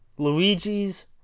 Luigi's